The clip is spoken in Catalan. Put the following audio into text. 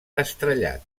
estrellat